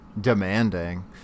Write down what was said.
demanding